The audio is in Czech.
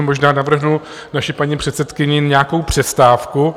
Možná navrhnu naší paní předsedkyni nějakou přestávku.